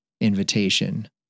invitation